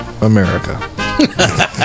America